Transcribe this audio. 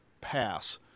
pass